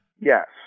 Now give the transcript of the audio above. Yes